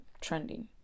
trending